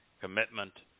commitment